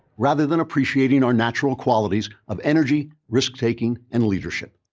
rather than appreciating our natural qualities, of energy, risk-taking and leadership.